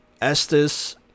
Estes